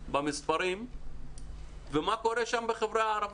במספרים ומה קורה שם בחברה הערבית,